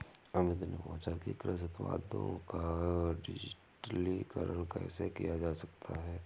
अमित ने पूछा कि कृषि उत्पादों का डिजिटलीकरण कैसे किया जा सकता है?